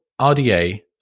RDA